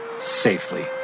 safely